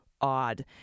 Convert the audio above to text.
odd